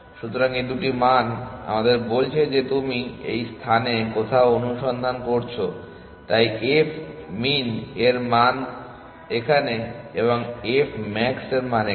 সুতরাং এই দুটি মান আমাদের বলছে যে তুমি এই স্থানে কোথায় অনুসন্ধান করছো তাই f min এর মান এখানে এবং f max এর মান এখানে